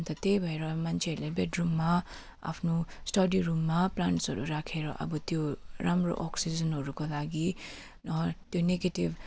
अन्त त्यही भएर मान्छेहरूले बेड रूममा आफ्नो स्टडी रूममा प्लान्ट्सहरू राखेर अब त्यो राम्रो अक्सिजनहरूको लागि त्यो नेगेटिभ